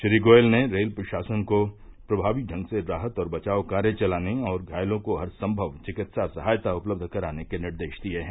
श्री गोयल ने रेल प्रशासन को प्रमावी ढंग से राहत और बचाव कार्य चलाने और घायलों को हरसंभव चिकित्सा सहायता उपलब्ध कराने के निर्देश दिये हैं